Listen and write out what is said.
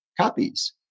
copies